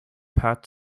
pat